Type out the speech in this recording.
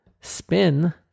spin